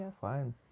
fine